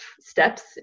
steps